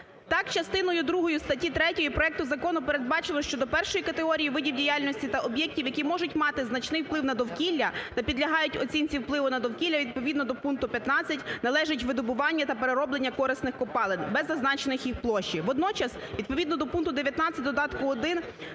Так частиною другою статті 3 проекту закону передбачено, що до першої категорії видів діяльності та об'єктів, які можуть мати значний вплив на довкілля та підлягають оцінці впливу на довкілля, відповідно до пункту 15, належить видобування та перероблення корисних копалин без зазначеної їх площі. Водночас, відповідно до пункту 19 додатку